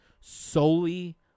solely